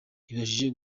ibashije